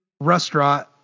restaurant